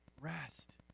rest